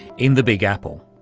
in the big apple.